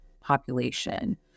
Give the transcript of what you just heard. population